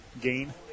gain